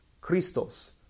Christos